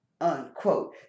unquote